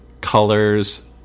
Colors